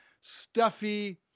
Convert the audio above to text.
stuffy